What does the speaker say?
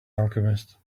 alchemist